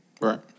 Right